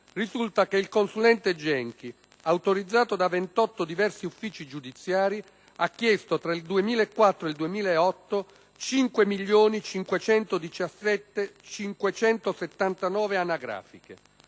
risulta che il consulente Genchi, autorizzato da 28 diversi uffici giudiziari, ha chiesto tra il 2004 ed il 2008 5.517.579 anagrafiche